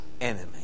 enemy